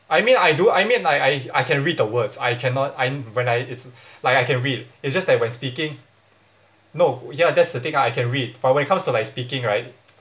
I mean I do I mean I I I can read the words I cannot I'm when I it's like I can read it's just that when speaking no ya that's the thing I can read but when it comes to like speaking right